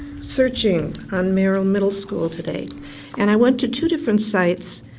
searching on merrill middle school today and i went to two different sites.